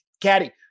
Caddy